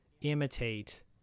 imitate